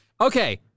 Okay